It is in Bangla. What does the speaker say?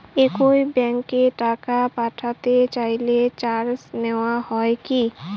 একই ব্যাংকে টাকা পাঠাতে চাইলে চার্জ নেওয়া হয় কি?